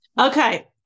Okay